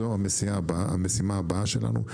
זו המשימה הבאה שלנו.